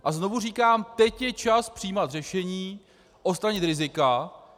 A znovu říkám teď je čas přijímat řešení, odstranit rizika.